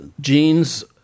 genes